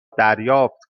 دریافت